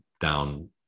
down